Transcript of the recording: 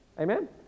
Amen